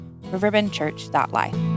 riverbendchurch.life